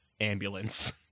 ambulance